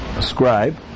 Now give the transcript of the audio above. scribe